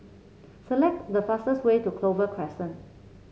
select the fastest way to Clover Crescent